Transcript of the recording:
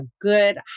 good